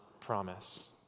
promise